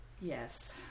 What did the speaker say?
Yes